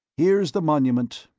here's the monument.